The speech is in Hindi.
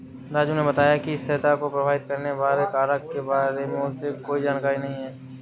राजू ने बताया कि स्थिरता को प्रभावित करने वाले कारक के बारे में उसे कोई जानकारी नहीं है